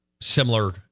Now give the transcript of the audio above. similar